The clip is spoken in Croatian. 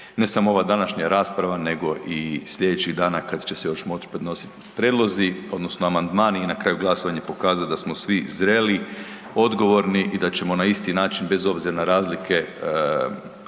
ne samo ova današnja rasprava nego i sljedećih dana, kad će se još moći podnositi prijedlozi, odnosno amandmani i na kraju glasovanje pokazati da smo svi zreli, odgovorni i da ćemo na isti način, bez obzira na razlike